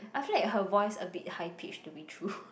I feel like her voice a bit high pitch to be true